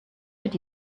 did